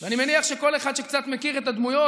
ואני מניח שכל אחד שקצת מכיר את הדמויות,